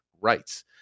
rights